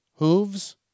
Hooves